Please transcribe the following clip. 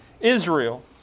Israel